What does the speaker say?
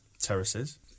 terraces